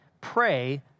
Pray